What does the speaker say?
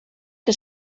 que